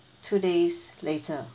two days later